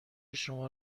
شما